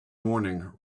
morning